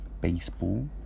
baseball